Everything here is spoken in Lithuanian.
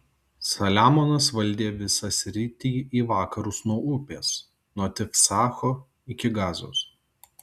saliamonas valdė visą sritį į vakarus nuo upės nuo tifsacho iki gazos